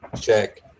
check